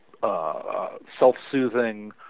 Self-soothing